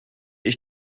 ich